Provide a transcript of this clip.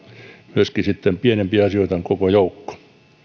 myöskin pienempiä asioita on koko joukko me